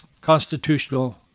constitutional